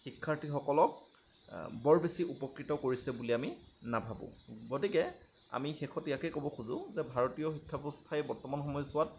শিক্ষাৰ্থীসকলক বৰ বেছি উপকৃত কৰিছে বুলি আমি নাভাৱোঁ গতিকে আমি শেষত ইয়াকে ক'ব খোজোঁ যে ভাৰতীয় শিক্ষা ব্যৱস্থাই বৰ্তমান সময়ছোৱাত